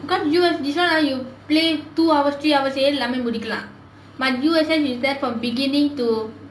because you have this [one] lah you play two hours three hours ஆளு இல்லாம முடிக்கலாம்:aalu illaama mudikkalaam but U_S_S is there from beginning to